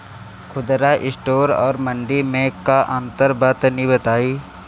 खुदरा स्टोर और मंडी में का अंतर बा तनी बताई?